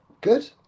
good